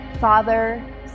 Father